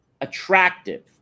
attractive –